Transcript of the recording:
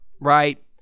Right